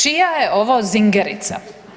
Čija je ovo singerica?